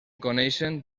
coneixen